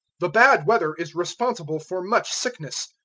the bad weather is responsible for much sickness.